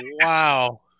wow